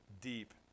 deep